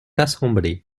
assemblé